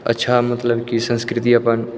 अच्छा मतलब की संस्कृति अपन